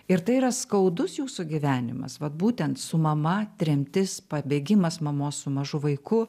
ir tai yra skaudus jūsų gyvenimas vat būtent su mama tremtis pabėgimas mamos su mažu vaiku